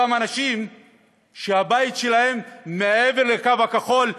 אותם אנשים שהבית שלהם מעבר לקו הכחול,